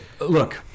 Look